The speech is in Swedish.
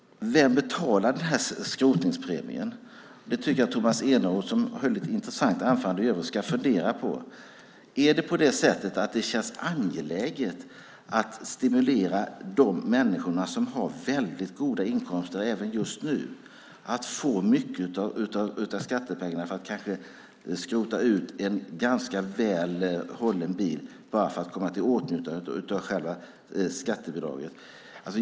Vem betalar den här skrotningspremien? Jag tycker att Tomas Eneroth, som höll ett intressant anförande i övrigt, ska fundera på det. Känns det angeläget att stimulera de människor som har väldigt goda inkomster att skrota ut en ganska väl hållen bil bara för att komma i åtnjutande av själva skattebidraget?